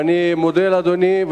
ואני מודה לאדוני,